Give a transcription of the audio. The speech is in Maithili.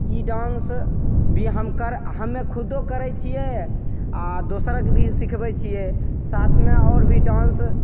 ई डान्स भी हम कर हमे खुदो करै छिए आओर दोसरके भी सिखबै छिए साथमे आओर भी डान्स